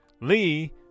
Lee